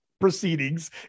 proceedings